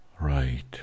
right